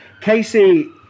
Casey